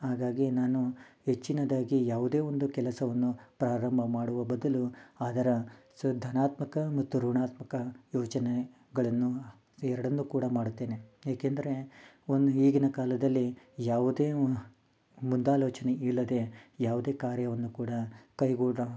ಹಾಗಾಗಿ ನಾನು ಹೆಚ್ಚಿನದಾಗಿ ಯಾವುದೇ ಒಂದು ಕೆಲಸವನ್ನು ಪ್ರಾರಂಭ ಮಾಡುವ ಮೊದಲು ಅದರ ಸೊ ಧನಾತ್ಮಕ ಮತ್ತು ಋಣಾತ್ಮಕ ಯೋಚನೆಗಳನ್ನು ಎರಡನ್ನು ಕೂಡ ಮಾಡುತ್ತೇನೆ ಏಕೆಂದರೆ ಒಂದು ಈಗಿನ ಕಾಲದಲ್ಲಿ ಯಾವುದೇ ಮುಂದಾಲೋಚನೆ ಇಲ್ಲದೆ ಯಾವುದೇ ಕಾರ್ಯವನ್ನು ಕೂಡ ಕೈಗೂಡು